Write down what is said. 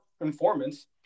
informants